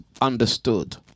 understood